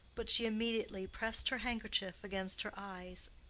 but she immediately pressed her handkerchief against her eyes,